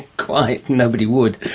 quite! nobody would.